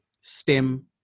STEM